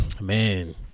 man